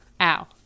ow